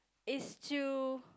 it's to